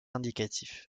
indicatif